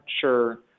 sure